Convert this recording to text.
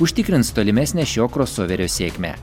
užtikrins tolimesnę šio krosoverio sėkmę